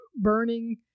burning